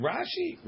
Rashi